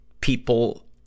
people